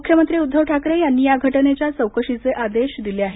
मुख्यमंत्री उद्दव ठाकरे यांनी या घटनेच्या चौकशीचे आदेश दिले आहेत